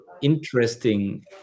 interesting